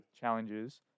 challenges